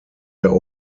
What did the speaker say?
der